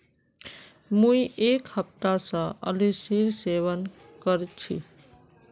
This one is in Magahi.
मुई एक हफ्ता स अलसीर सेवन कर छि